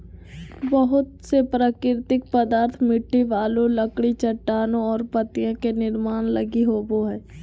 बहुत से प्राकृतिक पदार्थ मिट्टी, बालू, लकड़ी, चट्टानें और पत्तियाँ के निर्माण लगी होबो हइ